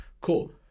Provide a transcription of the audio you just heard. Cool